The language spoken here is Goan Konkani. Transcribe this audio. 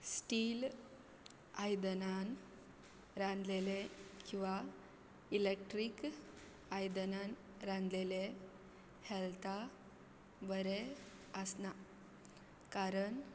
स्टील आयदनान रांदलेलें किंवां इलॅक्ट्रीक आयदनान रांदलेलें हॅल्ता बरें आसना कारण